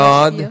God